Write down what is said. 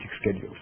schedules